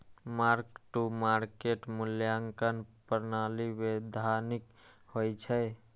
mark to market मूल्यांकन प्रणाली वैधानिक होइ छै